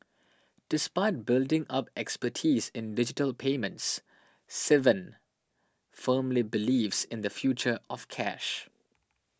despite building up expertise in digital payments Sivan firmly believes in the future of cash